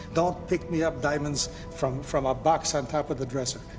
don't pick me up diamonds from from a box on top of the dresser.